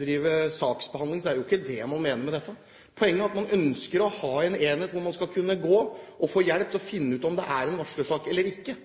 drive saksbehandling, så er det jo ikke det man mener med dette. Poenget er at man ønsker å ha en enhet der man skal kunne gå og få hjelp til å finne ut om det er en varslersak eller ikke,